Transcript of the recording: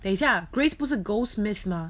等一下 grace 不是 goldsmith 吗